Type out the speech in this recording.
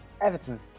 Everton